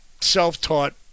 Self-taught